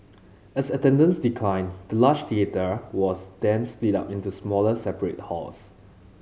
as attendance declined the large theatre was then split up into smaller separate halls